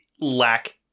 lack